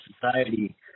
society